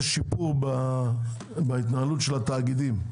יש שיפור בהתנהלות של התאגידים,